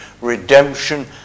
Redemption